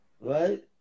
right